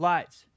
Lights